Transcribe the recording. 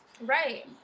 Right